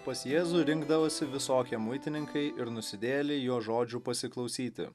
pas jėzų rinkdavosi visokie muitininkai ir nusidėjėliai jo žodžių pasiklausyti